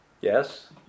Yes